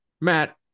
Matt